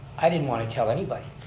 i didn't want to tell anybody.